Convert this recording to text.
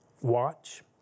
watch